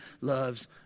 loves